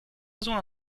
zła